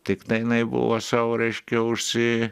tiktai jinai buvo sau reiškia užsi